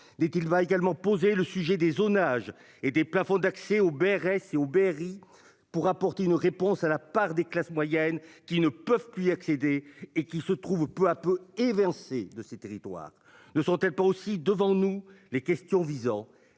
dit il va également poser le sujet des zonages et des plafonds d'accès au béret c'est au Berry pour apporter une réponse à la part des classes moyennes qui ne peuvent plus accéder et qui se trouve peu à peu évincé de ces territoires ne sont-elles pas aussi devant nous les questions visant